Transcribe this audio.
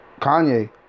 Kanye